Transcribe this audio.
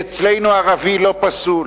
אצלנו ערבי לא פסול,